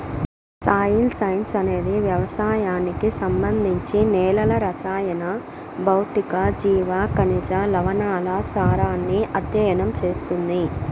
soil science అనేది వ్యవసాయానికి సంబంధించి నేలల రసాయన, భౌతిక, జీవ, ఖనిజ, లవణాల సారాన్ని అధ్యయనం చేస్తుంది